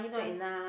just